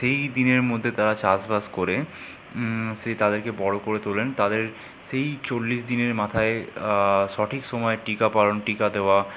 সেই দিনের মধ্যে তারা চাষ বাস করে সে তাদেরকে বড়ো করে তোলেন তাদের সেই চল্লিশ দিনের মাথায় সঠিক সময়ে টিকা পালন টিকা দেওয়া